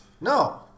No